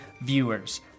viewers